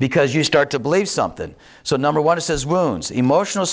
because you start to believe something so number one says wounds emotional